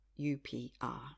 UPR